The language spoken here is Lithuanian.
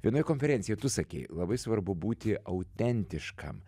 vienoje konferencijoj tu sakei labai svarbu būti autentiškam